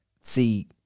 See